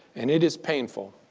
and it is painful.